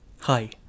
Hi